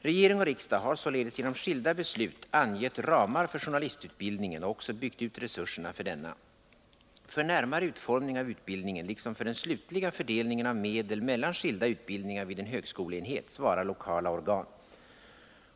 Regering och riksdag har således genom skilda beslut angett ramar för journalistutbildningen och också byggt ut resurserna för denna. För närmare utformning av utbildningen liksom för den slutliga fördelningen av medel mellan skilda utbildningar vid en högskoleenhet svarar lokala organ.